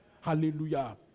Hallelujah